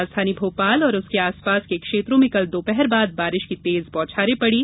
राजधानी भोपाल और उसके आसपास के क्षेत्रों में कल दोपहर बाद बारिश की तेज बौछारे पड़ी